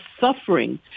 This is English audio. suffering